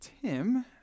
Tim